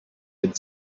had